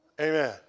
Amen